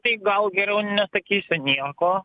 tai gal geriau nesakysiu nieko